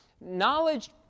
Knowledge